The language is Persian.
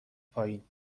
پایین